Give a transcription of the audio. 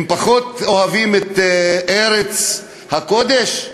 הם פחות אוהבים את ארץ הקודש?